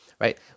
right